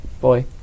boy